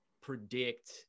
predict